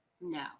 No